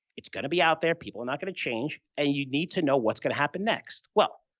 it's going to be out there. people are not going to change and you need to know what's going to happen next. well,